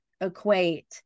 equate